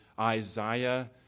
Isaiah